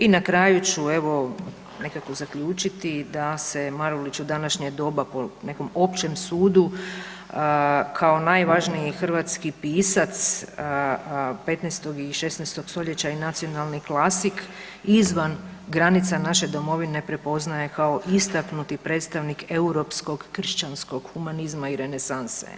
I na kraju ću evo nekako zaključiti da se Marulić u današnje doba po nekom općem sudu kao najvažniji hrvatski pisac 15. i 16. stoljeća i nacionalni klasik izvan granica naše domovine prepoznaje kao istaknuti predstavnik europskog kršćanskog humanizma i renesanse.